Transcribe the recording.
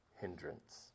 hindrance